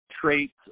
traits